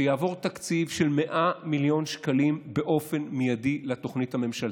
שיעבור תקציב של 100 מיליון שקלים באופן מיידי לתוכנית הממשלתית.